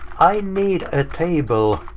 i need a table,